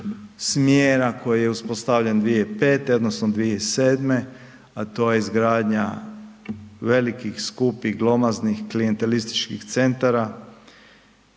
smjera koji je uspostavljen 2005. odnosno 2007., a to je izgradnja velikih, skupih, glomaznih klijentelističkih centara